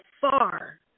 far